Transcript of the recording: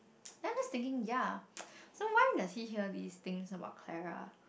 then I just thinking ya so why does he hear these things about Clara